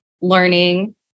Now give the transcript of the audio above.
learning